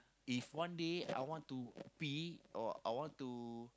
if one day I want to pee or I want to